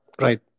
right